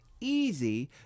Easy